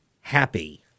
happy